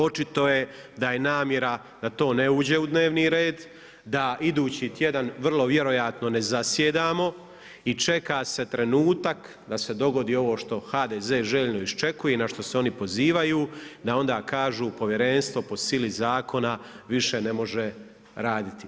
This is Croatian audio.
Očito je da je namjera da to ne uđe u dnevni red, da idući tjedan vrlo vjerojatno ne zasjedamo i čeka se trenutak da se dogodi ovo što HDZ željno iščekuje i na što se oni pozivaju, da onda kažu povjerenstvo po sili zakona više ne može raditi.